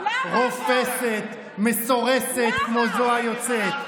רופסת ומסורסת כמו זו היוצאת.